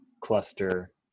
cluster